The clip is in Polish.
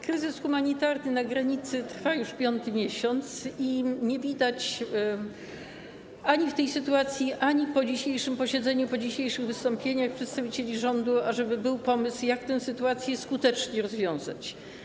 Kryzys humanitarny na granicy trwa już piąty miesiąc i nie widać po dzisiejszym posiedzeniu, po dzisiejszych wystąpieniach przedstawicieli rządu, ażeby był pomysł, jak tę sytuację skutecznie rozwiązać.